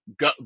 go